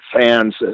fans